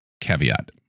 caveat